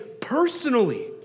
personally